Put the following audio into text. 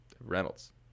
Reynolds